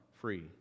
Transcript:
free